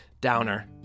Downer